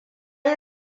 yi